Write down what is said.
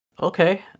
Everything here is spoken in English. Okay